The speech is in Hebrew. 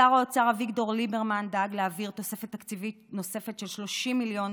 שר האוצר אביגדור ליברמן דאג להעביר תוספת תקציב של 30 מיליון